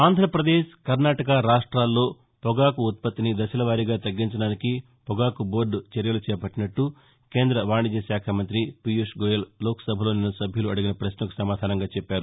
ఆంధ్రప్రదేశ్ కర్ణాటక రాష్ట్రాల్లో పొగాకు ఉత్పత్తిని దశలవారీగా తగ్గించడానికి పొగాకు బోర్ట చర్యలు చేపట్టినట్లు కేంద వాణిజ్య శాఖ మంతి పీయూష్ గోయల్ లోక్సభలో నిన్న సభ్యులు అడిగిన పశ్నకు సమాధానంగా చెప్పారు